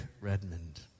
Redmond